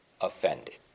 offended